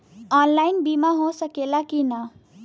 Online बीमा हो सकेला की ना?